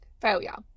failure